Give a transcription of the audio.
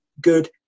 good